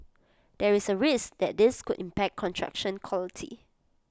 there is A risk that this could impact construction quality